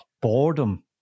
boredom